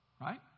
Right